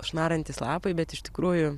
šnarantys lapai bet iš tikrųjų